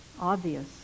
obvious